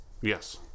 Yes